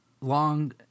long